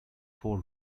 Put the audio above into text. four